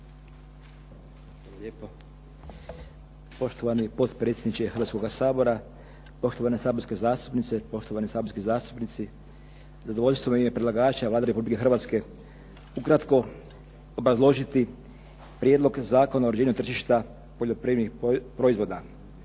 Poštovani potpredsjedniče Hrvatskoga sabora, poštovane saborske zastupnice, poštovani saborski zastupnici. Zadovoljstvo mi je predlagača Vlade Republike Hrvatske ukratko obrazložiti Prijedlog Zakona uređenja tržišta poljoprivrednih proizvoda,